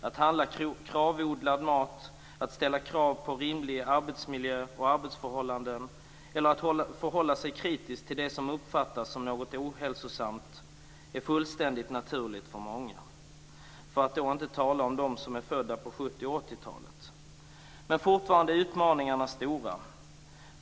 Att handla kravodlad mat, att ställa krav på rimlig arbetsmiljö och rimliga arbetsförhållanden eller att förhålla sig kritisk till det som uppfattas som något ohälsosamt är fullständigt naturligt för många. Då skall vi inte tala om dem som är födda på 1970 och 1980-talet. Fortfarande är utmaningarna stora.